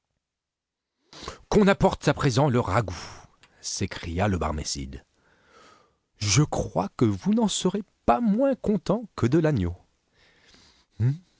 qu'on apporteà présent le ragoût s'écria le barmécide je crois que vous n'en serez pas moins content que de l'agneau